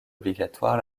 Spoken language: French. obligatoire